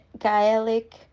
Gaelic